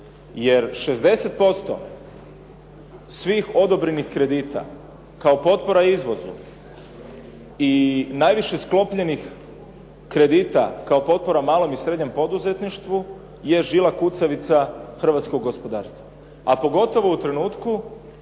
Jer 60% svih odobrenih kredita kao potpora izvozu i najviše sklopljenih kredita kao potpora malom i srednjem poduzetništvu je žila kucavica hrvatskog gospodarstva, a pogotovo u trenutku